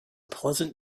pleasant